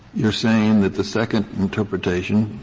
you are saying that the second interpretation